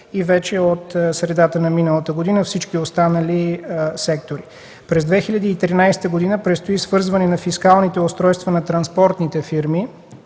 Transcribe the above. и вече от средата на миналата година всички останали сектори. През 2013 г. предстои свързване на фискалните устройства на транспортните фирми